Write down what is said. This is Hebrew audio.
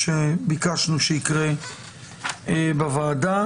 אני אזכיר לחברי בוועדה